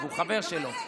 והוא חבר שלו.